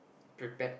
prepared